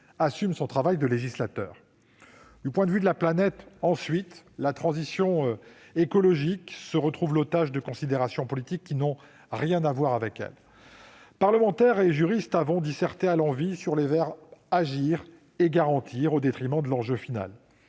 assume son travail de législateur. Du point de vue de la planète, ensuite, la transition écologique se retrouve l'otage de considérations politiques qui n'ont rien à voir avec elle. Parlementaires et juristes, nous avons disserté à l'envi sur les verbes « agir » et « garantir », au détriment de l'enjeu final.